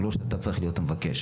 ולא שאתה צריך להיות המבקש.